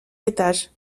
étage